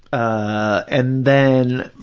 ah and then